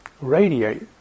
radiate